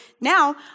now